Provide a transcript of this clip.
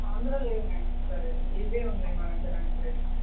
అందులో లేవు మ్యామ్ ఒకసారి ఇవే ఉన్నాయి మా దగ్గర ఇప్పుడైతే